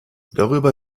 darüber